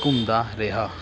ਘੁੰਮਦਾ ਰਿਹਾ